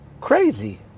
crazy